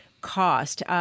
cost